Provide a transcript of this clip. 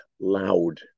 loud